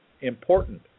important